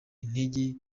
intege